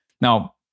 Now